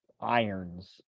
irons